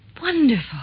Wonderful